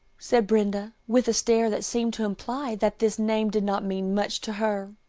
said brenda, with a stare that seemed to imply that this name did not mean much to her.